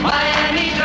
Miami